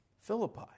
Philippi